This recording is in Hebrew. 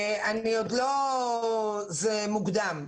זה מוקדם.